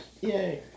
Yay